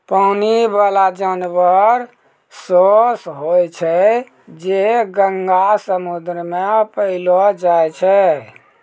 पानी बाला जानवर सोस होय छै जे गंगा, समुन्द्र मे पैलो जाय छै